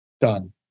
done